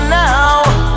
now